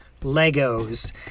Legos